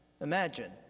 Imagine